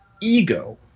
ego